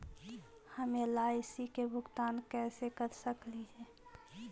हम एल.आई.सी के भुगतान कैसे कर सकली हे?